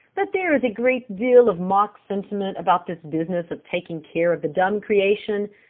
that there is a great deal of mock sentiment about this business of taking care of the dumb creation?